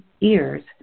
ears